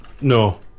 no